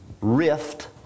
rift